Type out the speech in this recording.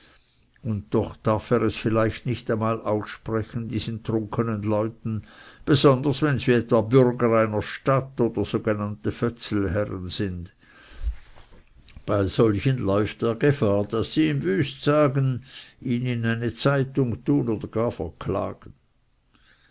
und doch darf er es vielleicht nicht einmal aussprechen diesen trunkenen leuten besonders wenn sie etwa bürger einer stadt oder sogenannte fötzelherren sind bei solchen läuft er gefahr daß sie ihm wüst sagen ihn in eine zeitung tun oder gar verklagen